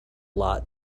lot